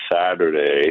Saturday